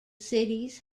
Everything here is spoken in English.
cities